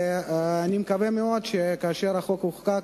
ואני מקווה מאוד שכאשר החוק יחוקק,